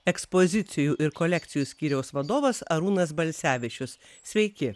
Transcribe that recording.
ekspozicijų ir kolekcijų skyriaus vadovas arūnas balsevičius sveiki